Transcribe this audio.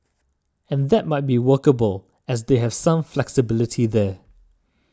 and that might be workable as they have some flexibility there